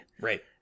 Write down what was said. Right